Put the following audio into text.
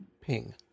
ping